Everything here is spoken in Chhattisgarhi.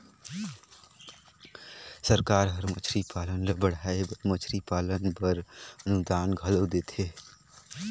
सरकार हर मछरी पालन ल बढ़ाए बर मछरी पालन बर अनुदान घलो देथे